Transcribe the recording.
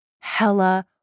hella